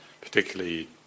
particularly